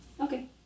Okay